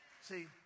See